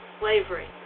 slavery